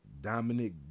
Dominic